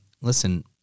listen